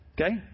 okay